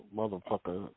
motherfucker